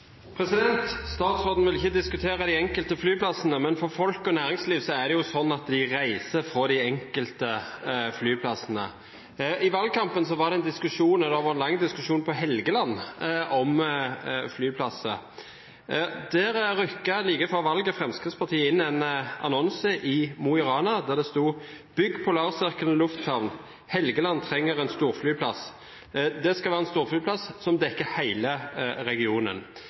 det jo sånn at de reiser fra de enkelte flyplassene. I valgkampen var det en diskusjon – og det har vært en lang diskusjon – på Helgeland om flyplasser. Der rykket Fremskrittspartiet like før valget inn en annonse i Mo i Rana der det sto: Bygg Polarsirkelen lufthavn – Helgeland trenger en storflyplass. Det skal være en storflyplass som dekker hele regionen.